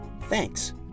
Thanks